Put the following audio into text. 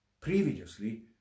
Previously